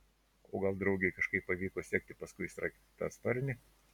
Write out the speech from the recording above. o gal draugei kažkaip pavyko sekti paskui sraigtasparnį